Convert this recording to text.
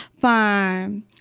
fine